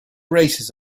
races